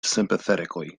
sympathetically